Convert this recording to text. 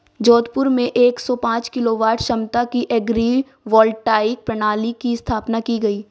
जोधपुर में एक सौ पांच किलोवाट क्षमता की एग्री वोल्टाइक प्रणाली की स्थापना की गयी